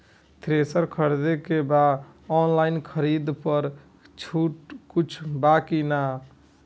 Thresher खरीदे के बा ऑनलाइन खरीद पर कुछ छूट बा कि न?